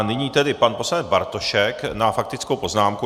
Nyní tedy pan poslanec Bartošek má faktickou poznámku.